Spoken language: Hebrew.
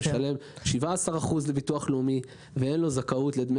משלם 17% לביטוח לאומי אבל אין לו זכאות לדמי